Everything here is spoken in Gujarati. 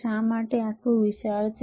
શા માટે તે આટલું વિશાળ છે